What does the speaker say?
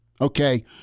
okay